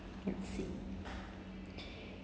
let's see